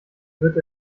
wird